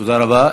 תודה רבה.